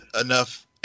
enough